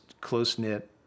close-knit